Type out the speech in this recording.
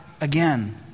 again